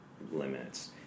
limits